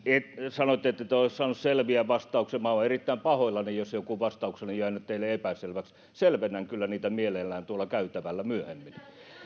sanoitte ettette ole saanut selviä vastauksia olen erittäin pahoillani jos joku vastaukseni on jäänyt teille epäselväksi selvennän kyllä niitä mielelläni tuolla käytävällä myöhemmin